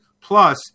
Plus